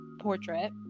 portrait